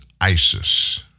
ISIS